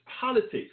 politics